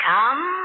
Come